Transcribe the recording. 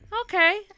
Okay